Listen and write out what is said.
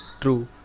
True